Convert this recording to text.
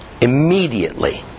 Immediately